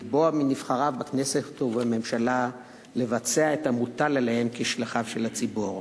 לתבוע מנבחריו בכנסת ובממשלה לבצע את המוטל עליהם כשליחיו של הציבור.